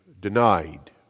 denied